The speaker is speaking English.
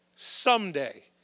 Someday